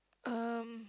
um